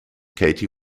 katie